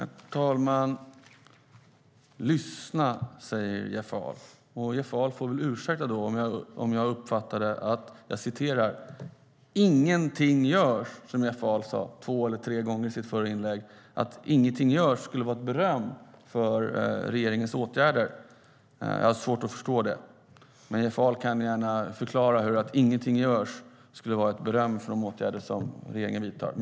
Herr talman! Lyssna, säger Jeff Ahl. Då får Jeff Ahl ursäkta att jag när han säger att ingenting görs, vilket han sa två eller tre gånger i sitt förra inlägg, har svårt att förstå att det skulle uppfattas som beröm för regeringens åtgärder. Men Jeff Ahl får gärna förklara på vilket sätt det skulle vara beröm för de åtgärder som regeringen vidtar.